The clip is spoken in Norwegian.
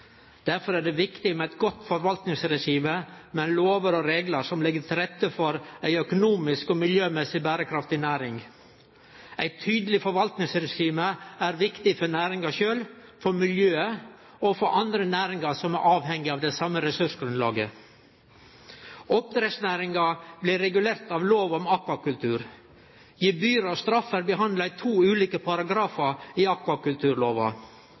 Derfor er det viktig med eit godt forvaltningsregime, med lover og reglar som legg til rette for ei økonomisk og miljømessig berekraftig næring. Eit tydeleg forvaltningsregime er viktig for næringa sjølv, for miljøet og for andre næringar som er avhengige av det same ressursgrunnlaget. Oppdrettsnæringa blir regulert i lov om akvakultur. Gebyr og straff er behandla i to ulike paragrafar i